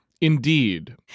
Indeed